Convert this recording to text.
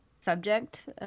subject